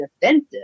defensive